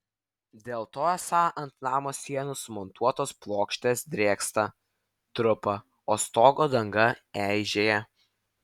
dėl to esą ant namo sienų sumontuotos plokštės drėksta trupa o stogo danga eižėja